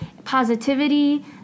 positivity